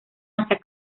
hacia